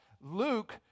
Luke